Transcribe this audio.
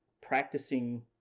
practicing